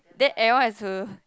then everyone has to